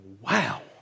Wow